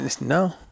No